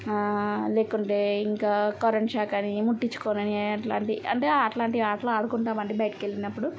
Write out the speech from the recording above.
లేకుంటే ఇంకా current shock అని ముట్టించుకునని అట్లాంటివి అంటే అట్లాంటివి ఆటలు ఆడుకుంటామండి బయటికి వెళ్ళినప్పుడు